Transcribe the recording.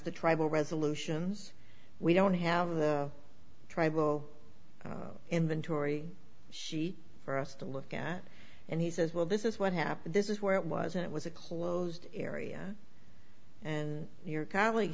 the tribal resolutions we don't have the tribal inventory sheet for us to look at and he says well this is what happened this is where it was it was a closed area and your colleague